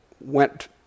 went